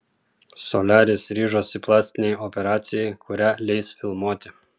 soliaris ryžosi plastinei operacijai kurią leis filmuoti